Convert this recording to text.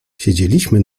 siedzieliśmy